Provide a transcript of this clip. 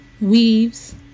weaves